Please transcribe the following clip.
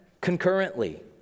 concurrently